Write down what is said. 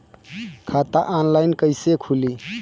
खाता ऑनलाइन कइसे खुली?